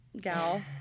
gal